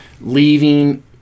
leaving